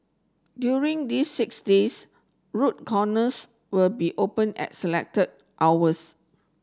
during these six days road will be open at selected hours